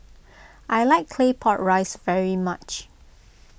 I like Claypot Rice very much